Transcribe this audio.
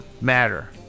matter